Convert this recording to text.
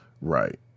Right